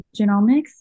genomics